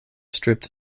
stripped